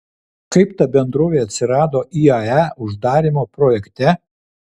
kaip ta bendrovė atsirado iae uždarymo projekte